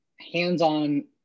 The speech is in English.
hands-on